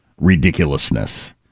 ridiculousness